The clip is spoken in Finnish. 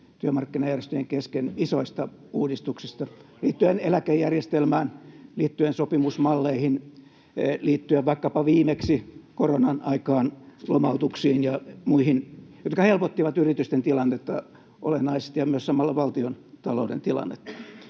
ryhmästä: Pohjoismainen malli!] liittyen eläkejärjestelmään, liittyen sopimusmalleihin, liittyen vaikkapa viimeksi koronan aikaan lomautuksiin ja muihin, jotka helpottivat yritysten tilannetta olennaisesti ja myös samalla valtiontalouden tilannetta.